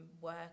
work